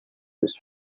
his